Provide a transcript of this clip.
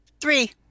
Three